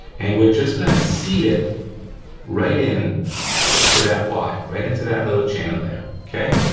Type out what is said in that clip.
and we're just gonna seat it right in to that y, right into that little channel there, okay?